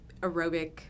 aerobic